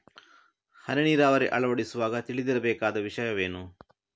ಹನಿ ನೀರಾವರಿ ಅಳವಡಿಸುವಾಗ ತಿಳಿದಿರಬೇಕಾದ ವಿಷಯವೇನು?